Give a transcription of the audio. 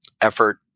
effort